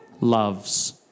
loves